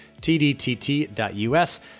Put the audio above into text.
tdtt.us